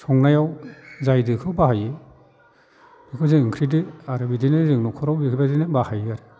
संनायाव जाय दोखौ बाहायो बेखौ जों ओंख्रि दो आरो बिदिनो जों न'खराव बेफोर बायदिनो बाहायो आरो